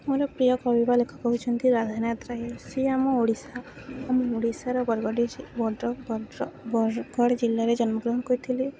ମୋର ପ୍ରିୟ କବି ବା ଲେଖକ ହଉଛନ୍ତି ରାଧାନାଥ ରାୟ ସିଏ ଆମ ଓଡ଼ିଶା ମୁଁ ମୁଁ ଓଡ଼ିଶାର ବରଗଡ଼ ଜିଲ୍ଲାରେ ଜନ୍ମଗ୍ରହଣ କରିଥିଲି